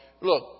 look